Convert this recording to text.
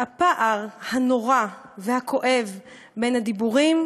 הפער הנורא והכואב בין הדיבורים